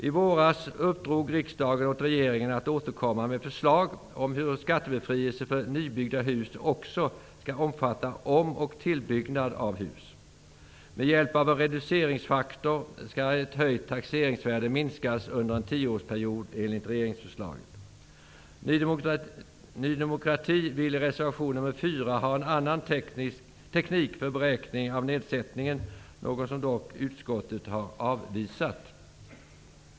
I våras uppdrog riksdagen åt regeringen att återkomma med förslag om hur skattebefrielse för nybyggda hus också skall omfatta om och tillbyggnad av hus. Med hjälp av en reduceringsfaktor skall ett höjt taxeringsvärde minskas under en tioårsperiod enligt regeringsförslaget. Ny demokrati vill i reservation nr 4 ha en annan teknik för beräkning av nedsättningen, ett förslag som utskottet dock har avvisat.